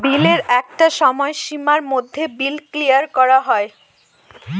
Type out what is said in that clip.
বিলের একটা সময় সীমার মধ্যে বিল ক্লিয়ার করা হয়